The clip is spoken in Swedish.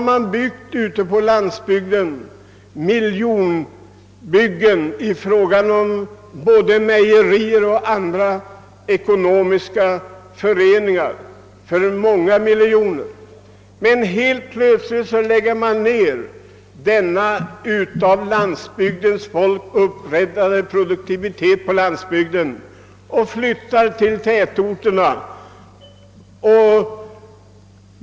Man har ute på landsbygden uppfört miljonbyggen för mejerier och andra ekonomiska föreningar, men helt plötsligt har denna av landsbygdens folk upprättade företagsamhet nedlagts eller flyttat till tätorterna.